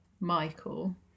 Michael